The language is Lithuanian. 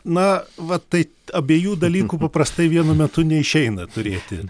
na va tai abiejų dalykų paprastai vienu metu neišeina turėti